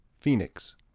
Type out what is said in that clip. Phoenix